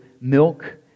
milk